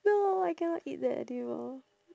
no I cannot eat that anymore